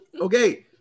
okay